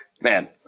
man